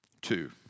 Two